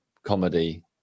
comedy